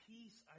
Peace